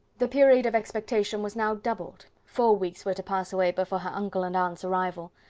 the period of expectation was now doubled. four weeks were to pass away before her uncle and aunt's arrival.